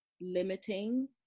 limiting